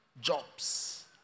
jobs